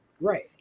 Right